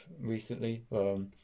recently